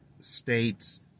states